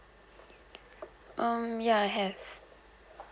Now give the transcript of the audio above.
um ya I have